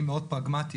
אני מאוד פרגמטי.